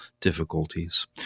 difficulties